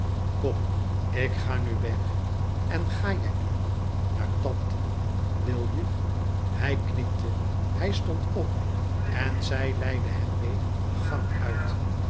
kom ik ga nu weg en ga jij nu naar tante wil je hij knikte hij stond op en zij leidde hem meê de gang uit